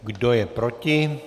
Kdo je proti?